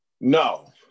No